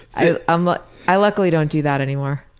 i um but i luckily don't do that anymore.